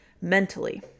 mentally